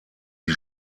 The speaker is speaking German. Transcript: die